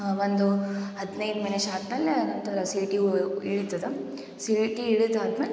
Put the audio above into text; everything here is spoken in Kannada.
ಆ ಒಂದು ಹದಿನೈದು ಮಿನಿಶ ಆದಮೇಲೆ ಅದು ಸೀಟಿ ಇಳಿತದ ಸೀಟಿ ಇಳಿದಾದ್ಮೇಲೆ